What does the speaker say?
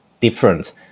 Different